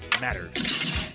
matters